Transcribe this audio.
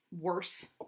worse